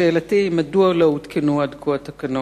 שאלתי היא: מדוע לא הותקנו עד כה התקנות?